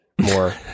more